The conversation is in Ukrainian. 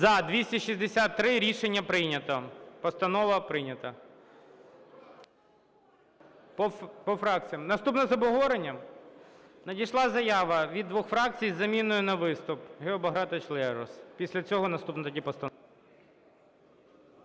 За-263 Рішення прийнято. Постанова прийнята. По фракціях. Наступна з обговоренням? Надійшла заява від двох фракцій з заміною на виступ. Гео Багратович Лерос. Після цього наступна тоді постанова.